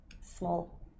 Small